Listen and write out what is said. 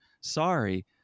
sorry